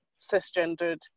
cisgendered